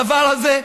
הדבר הזה,